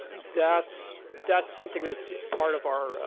that's that's something that's part of our